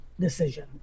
decision